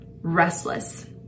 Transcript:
restless